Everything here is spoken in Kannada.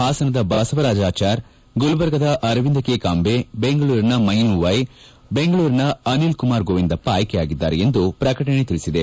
ಪಾಸನದ ಬಸವರಾಜಾಚಾರ್ ಗುಲ್ಬರ್ಗಾದ ಅರವಿಂದ ಕೆ ಕಾಂಬೆ ಬೆಂಗಳೂರಿನ ಮೈನು ವೈ ಬೆಂಗಳೂರಿನ ಅನಿಲ್ ಕುಮಾರ್ ಗೋವಿಂದಪ್ಪ ಆಯ್ಕೆಯಾಗಿದ್ದಾರೆ ಎಂದು ಪ್ರಕಟಣೆ ತಿಳಿಸಿದೆ